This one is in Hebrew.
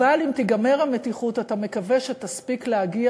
אבל אם תיגמר המתיחות אתה מקווה שתספיק להגיע